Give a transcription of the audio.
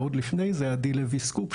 ועוד לפני זה עדי לוי-סקופ,